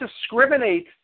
discriminate